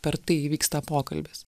per tai įvyksta pokalbis